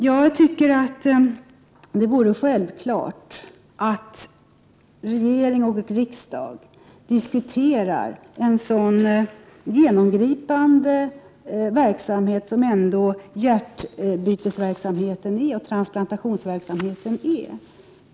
Jag tycker att det vore självklart att regering och riksdag diskuterade en så genomgripande verksamhet som transplantationsverksamheten och hjärtbytesverksamheten ändå är.